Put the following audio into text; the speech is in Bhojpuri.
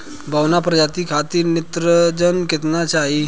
बौना प्रजाति खातिर नेत्रजन केतना चाही?